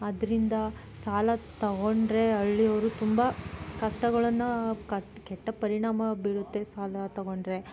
ಅದರಿಂದ ಸಾಲ ತಗೊಂಡರೆ ಹಳ್ಳಿಯವ್ರು ತುಂಬ ಕಷ್ಟಗಳನ್ನ ಕಟ್ ಕೆಟ್ಟ ಪರಿಣಾಮ ಬೀಳುತ್ತೆ ಸಾಲ ತಗೊಂಡರೆ